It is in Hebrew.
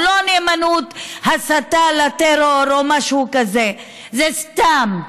הוא לא על הסתה לטרור או משהו כזה, זה סתם.